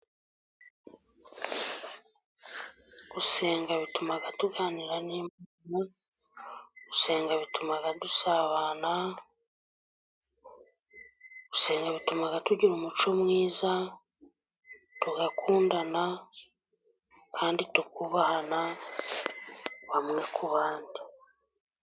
Gusenga bituma tuganira, gusenga bituma dusabana, gusenga bitumaga tugira umuco mwiza tugakundana kandi tukubahana bamwe ku bandi.